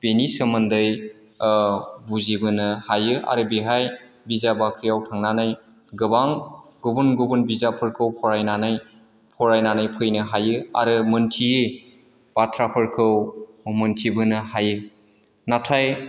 बिनि सोमोन्दै बुजि बोनो हायो आरो बेवहाय बिजाब बाख्रियाव थांनानै गोबां गुबुन गुबुन बिजाबफोरखौ फरायनानै फरायनानै फैनो हायो आरो मोनथियै बाथ्राफोरखौ मोनथिबोनो हायो नाथाय